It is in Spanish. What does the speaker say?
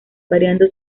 variando